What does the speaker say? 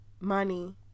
money